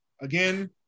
Again